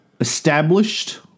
established